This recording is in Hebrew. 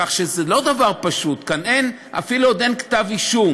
כך שזה לא דבר פשוט כאן, אפילו עוד אין כתב-אישום.